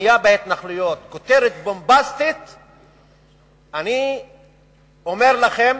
הבנייה בהתנחלויות, אני אומר לכם,